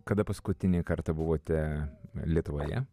kada paskutinį kartą buvote lietuvoje